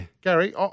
Gary